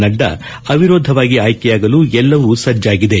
ನಡ್ಗಾ ಅವಿರೋಧವಾಗಿ ಆಯ್ಕೆಯಾಗಲು ಎಲ್ಲವೂ ಸಜ್ವಾಗಿದೆ